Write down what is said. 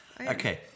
Okay